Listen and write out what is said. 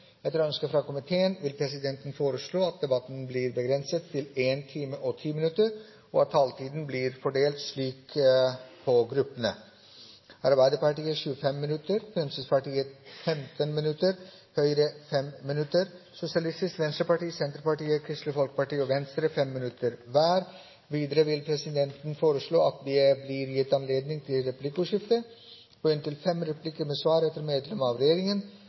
Etter ønske fra næringskomiteen vil presidenten foreslå at debatten blir begrenset til 1 time og 10 minutter, og at taletiden blir fordelt slik på gruppene: Arbeiderpartiet 25 minutter, Fremskrittspartiet 15 minutter, Høyre 10 minutter, Sosialistisk Venstreparti, Senterpartiet, Kristelig Folkeparti og Venstre 5 minutter hver. Videre vil presidenten foreslå at det blir gitt anledning til replikkordskifte på inntil fem replikker med svar etter medlem av regjeringen